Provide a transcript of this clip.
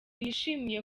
yishimiye